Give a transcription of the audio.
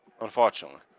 Unfortunately